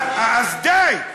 אז די.